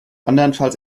andernfalls